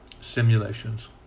Simulations